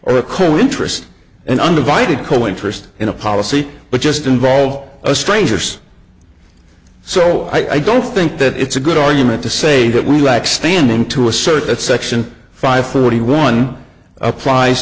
or a coal interest and undivided coing tryst in a policy but just involved a stranger's so i don't think that it's a good argument to say that we like standing to assert that section five forty one applies